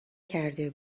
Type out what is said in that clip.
کرده